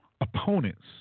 opponents